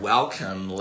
Welcome